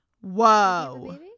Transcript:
whoa